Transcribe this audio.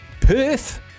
Perth